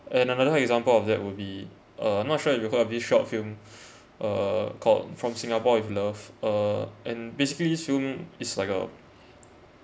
another example of that would be uh not sure if you've heard of this short film uh called from singapore with love uh and basically this film it's like a